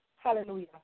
Hallelujah